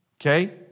Okay